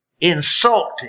insulted